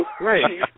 Right